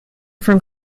from